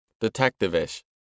Detective-ish